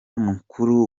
mukuru